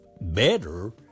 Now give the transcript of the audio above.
better